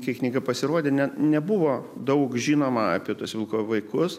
kai knyga pasirodė ne nebuvo daug žinoma apie tuos vilko vaikus